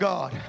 God